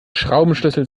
schraubenschlüssel